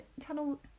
tunnel